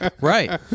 Right